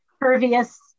pervious